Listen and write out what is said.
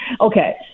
okay